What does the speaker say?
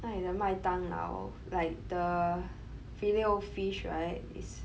那里麦当劳 like the filet O fish right is